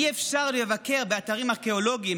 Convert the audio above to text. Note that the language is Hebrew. אי-אפשר לבקר באתרים ארכיאולוגיים